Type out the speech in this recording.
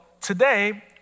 today